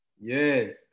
Yes